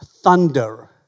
thunder